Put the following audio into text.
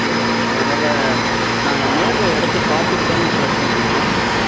ஆ அதனால நாங்கள் நேரில் இடத்தை பார்த்துட்டு தாம்மா பேச முடியும்